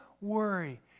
worry